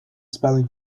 spelling